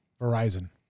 Verizon